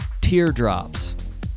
Teardrops